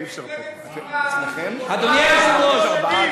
אדוני היושב-ראש,